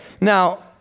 Now